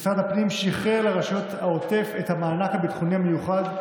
משרד הפנים שחרר לרשויות העוטף את המענק הביטחוני המיוחד,